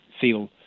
feel